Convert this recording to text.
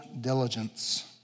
diligence